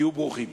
תהיו ברוכים.